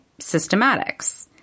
Systematics